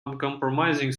uncompromising